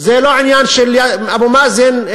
זה לא עניין של אבו מאזן,